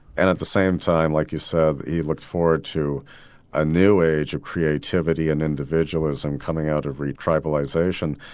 and at the same time like you said, he looked forward to a new age of creativity and individualism coming out of retribalisation.